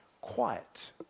quiet